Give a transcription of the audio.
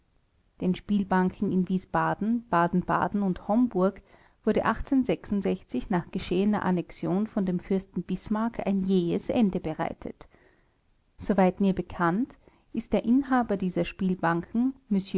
den spielbanken in wiesbaden baden-baden und homburg wurde nach geschehener annexion von dem fürsten bismarck ein jähes ende bereitet soweit mir bekannt ist der inhaber dieser spielbanken